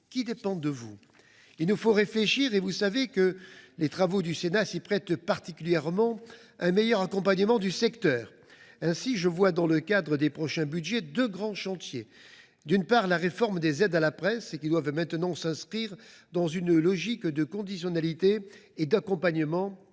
ne dépendent que de vous. Il nous faut réfléchir – vous savez que les travaux du Sénat s’y prêtent particulièrement – à un meilleur accompagnement du secteur. J’estime que, dans le cadre des prochains budgets, deux grands chantiers devront être abordés. Le premier est la réforme des aides à la presse, qui doivent à présent s’inscrire dans une logique de conditionnalité et d’accompagnement